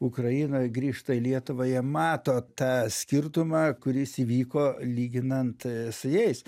ukrainoj grįžta į lietuvą jie mato tą skirtumą kuris įvyko lyginant su jais